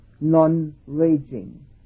non-raging